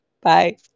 Bye